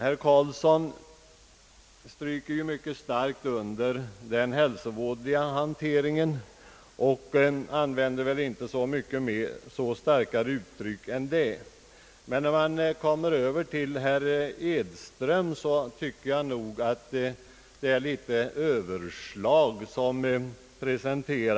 Herr Carlsson understryker mycket starkt det hälsovådliga i hanteringen men använder inte så mycket starkare uttryck än detta. Herr Edström tycker jag däremot gjorde sig skyldig till en del överdrifter.